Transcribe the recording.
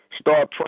start